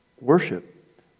worship